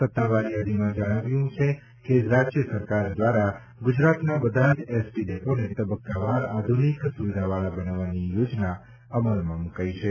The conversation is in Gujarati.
સત્તાવાર યાદીમાં જણાવ્યું છે કે રાજ્ય સરકાર દ્વારા ગુજરાતના બધા જ એસટી ડેપોને તબક્કાવાર આધુનિક સુવિધાવાળા બનાવવાની યોજના અમલમાં મૂકાઈ છે